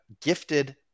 gifted